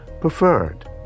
preferred